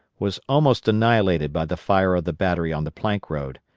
was almost annihilated by the fire of the battery on the plank road.